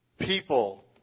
people